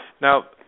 Now